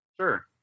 sure